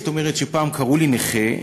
זאת אומרת, פעם קראו לי "נכה".